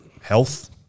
health